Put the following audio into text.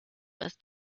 ist